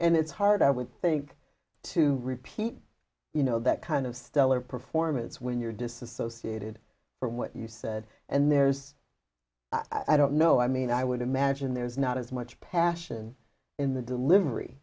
and it's hard i would think to repeat you know that kind of stellar performance when you're disassociated from what you said and there's i don't know i mean i would imagine there's not as much passion in the delivery